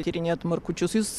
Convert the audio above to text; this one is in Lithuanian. tyrinėjat markučius jūs